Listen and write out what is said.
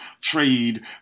trade